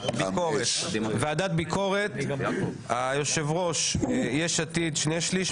ועדת ביקורת היושב-ראש יש עתיד שני שליש,